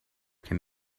can